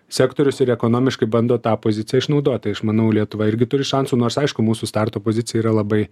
sektorius ir ekonomiškai bando tą poziciją išnaudot tai aš manau lietuva irgi turi šansų nors aišku mūsų starto pozicija yra labai